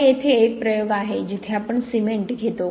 तर येथे एक प्रयोग आहे जिथे आपण सिमेंट घेतो